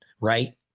right